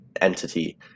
entity